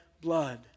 blood